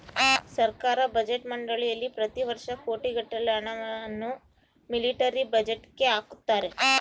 ಸರ್ಕಾರ ಬಜೆಟ್ ಮಂಡಳಿಯಲ್ಲಿ ಪ್ರತಿ ವರ್ಷ ಕೋಟಿಗಟ್ಟಲೆ ಹಣವನ್ನು ಮಿಲಿಟರಿ ಬಜೆಟ್ಗೆ ಹಾಕುತ್ತಾರೆ